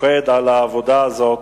ששוקד על העבודה הזאת